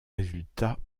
résultats